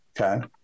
Okay